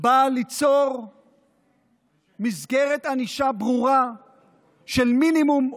באה ליצור מסגרת ענישה ברורה של מינימום,